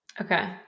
Okay